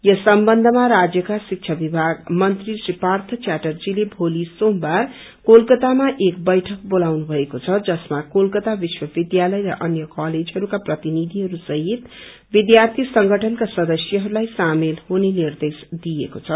यस सम्बन्ध्या राज्यका शिक्षा विभाग मंत्री श्री पार्थ च्यार्टजीले भोली सोमवार कोलकातामा एक बैइक बोलाउनु भएको छ जसमा कोलकाता विश्वविध्यालय र अन्य कलेजहरूका प्रतिनिधिहरू सहित विध्यार्थी संगठनका सदस्यहरूलाई शामेल हुने निर्देश दिएको छ